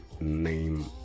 name